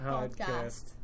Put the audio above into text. Podcast